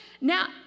now